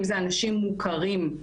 אם זה אנשים מוכרים.